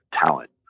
talent